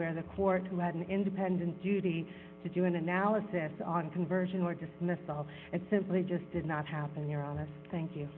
where the court who had an independent duty to do an analysis on conversion or dismissed thought it simply just did not happen you're honest thank you